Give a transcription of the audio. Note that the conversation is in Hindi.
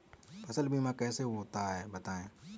फसल बीमा कैसे होता है बताएँ?